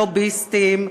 לוביסטים,